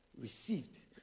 received